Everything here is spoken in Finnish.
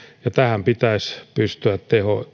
ja tähän pitäisi pystyä